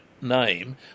name